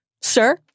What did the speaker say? sir